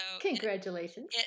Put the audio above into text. congratulations